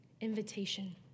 invitation